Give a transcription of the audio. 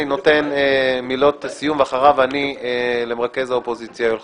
נותן מילות סיום למרכז האופוזיציה יואל חסון,